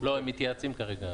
ועושים לו רביזיה בבית.